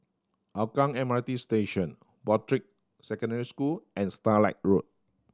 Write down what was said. Hougang M R T Station Broadrick Secondary School and Starlight Road